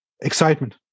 excitement